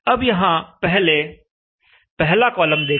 अब यहां पहले पहला कॉलम देखें